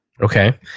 Okay